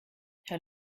herr